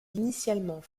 initialement